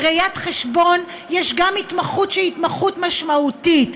גם בראיית חשבון יש התמחות שהיא התמחות משמעותית,